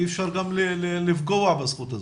אי אפשר לפגוע בזכות הזאת.